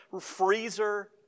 freezer